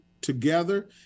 together